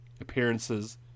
appearances